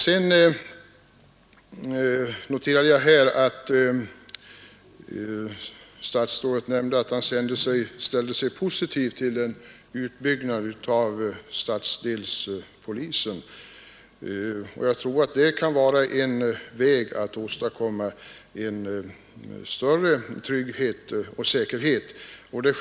Jag noterade att justitieministern ställde sig positiv till en utbyggnad av stadsdelspolisen. Jag tror det kan vara ett sätt att åstadkomma större trygghet och säkerhet för människor.